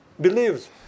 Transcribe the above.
believes